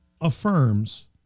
affirms